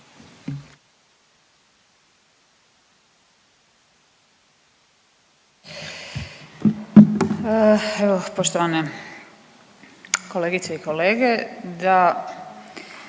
se poštovane kolegice i kolege,